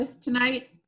tonight